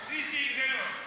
איזה היגיון?